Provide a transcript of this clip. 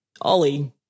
Ollie